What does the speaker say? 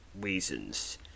reasons